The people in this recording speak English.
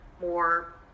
more